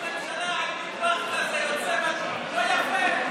ראש הממשלה עם מטבח כזה יוצא לא יפה,